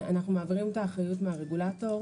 אנחנו מעבירים את האחריות מהרגולטור,